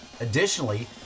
Additionally